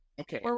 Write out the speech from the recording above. Okay